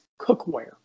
cookware